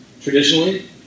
Traditionally